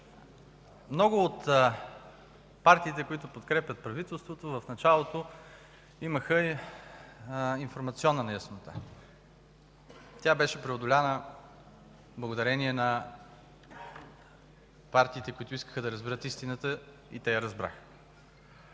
много от партиите, които подкрепят правителството, в началото имаха информационна неяснота. Тя беше преодоляна благодарение на партиите, които искаха да разберат истината. Те я разбраха.